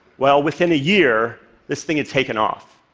well, within a year this thing had taken off.